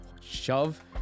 shove